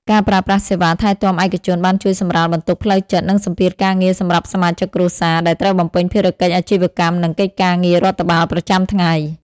ការប្រើប្រាស់សេវាថែទាំឯកជនបានជួយសម្រាលបន្ទុកផ្លូវចិត្ត និងសម្ពាធការងារសម្រាប់សមាជិកគ្រួសារ ដែលត្រូវបំពេញភារកិច្ចអាជីវកម្ម និងកិច្ចការងាររដ្ឋបាលប្រចាំថ្ងៃ។